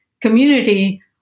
community